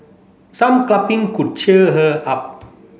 some could cheer her up